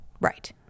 Right